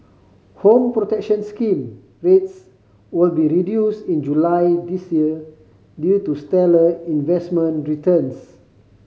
Home Protection Scheme rates will be reduced in July this year due to stellar investment returns